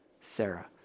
Sarah